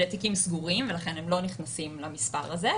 אלה תיקים סגורים ולכן הם לא נכנסים למספר הזה,